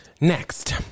Next